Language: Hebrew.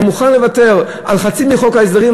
הוא היה מוכן לוותר על חצי מחוק ההסדרים,